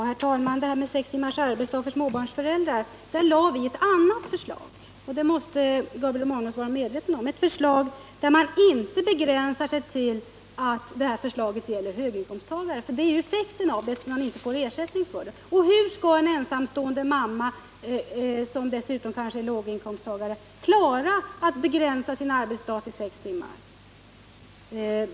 Herr talman! När det gällde sex timmars arbetsdag för småbarnsföräldrar framlade vi ett annat förslag — det måste Gabriel Romanus vara medveten om — som inte begränsade sig till att gälla bara höginkomsttagare, vilket blir effekten om man inte får ersättning. Hur skall en ensamstående mamma, som dessutom kanske är låginkomsttagare, klara att begränsa sin arbetsdag till sex timmar?